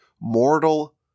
mortal